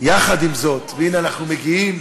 יחד עם זאת, והנה אנחנו מגיעים,